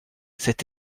cet